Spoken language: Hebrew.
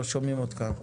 לא שומעים אותך.